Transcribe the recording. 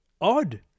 odd